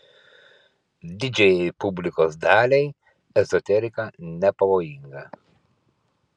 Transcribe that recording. didžiajai publikos daliai ezoterika nepavojinga